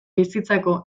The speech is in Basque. bizitzako